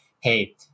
hey